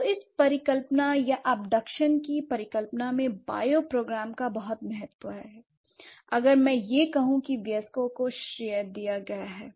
तो इस परिकल्पना या अबडक्शन की परिकल्पना में बायोपोग्राम का बहुत महत्व है अगर मैं यह कहूं कि वयस्कों को श्रेय दिया गया है